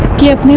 give